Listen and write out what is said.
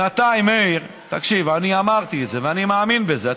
מאיר, תקשיב, אני אמרתי את זה ואני מאמין בזה.